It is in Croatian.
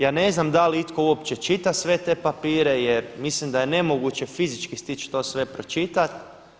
Ja ne znam da li itko uopće čita sve te papire, jer mislim da je nemoguće fizički stići to sve pročitati.